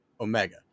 Omega